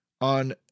on